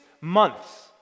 months